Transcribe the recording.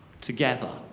together